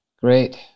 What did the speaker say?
Great